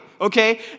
okay